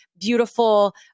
beautiful